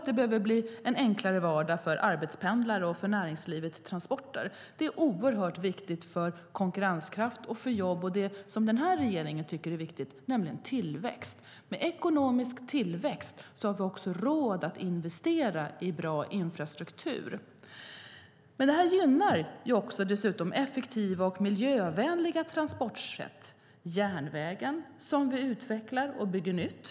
Det behöver bli en enklare vardag för arbetspendlare och för näringslivets transporter. Det är oerhört viktigt för konkurrenskraft och jobb och för det som den här regeringen tycket är viktigt, nämligen tillväxt. Med ekonomisk tillväxt har vi råd att investera i bra infrastruktur. Det gynnar dessutom effektiva och miljövänliga transportsätt. Vi utvecklar järnvägen och bygger nytt.